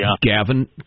Gavin